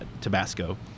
Tabasco